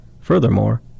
Furthermore